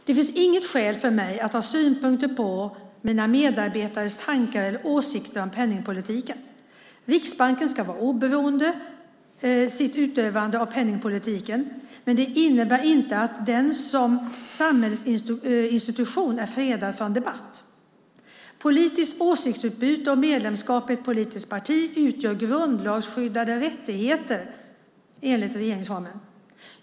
Det finns inget skäl för mig att ha synpunkter på mina medarbetares tankar eller åsikter om penningpolitiken. Riksbanken ska vara oberoende vid utövande av penningpolitiken, men det innebär inte att den som samhällsinstitution är fredad från debatt. Politiskt åsiktsutbyte och medlemskap i ett politiskt parti utgör grundlagsskyddade rättigheter enligt regeringsformen.